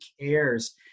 cares